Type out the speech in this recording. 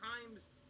times